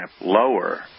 lower